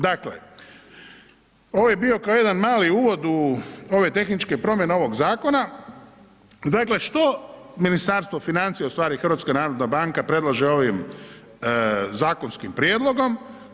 Dakle, ovo je bio kao jedan mali uvod u ove tehničke promjene ovog zakona, dakle što Ministarstvo financija ustvari, HNB predlaže ovim zakonskim prijedlogom?